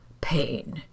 pain